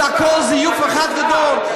זה הכול זיוף אחד גדול.